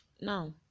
Now